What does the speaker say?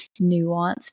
nuanced